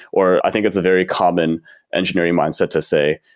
or i think it's a very common engineering mindset to say,